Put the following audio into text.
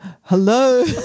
Hello